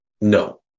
No